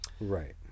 right